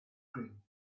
cream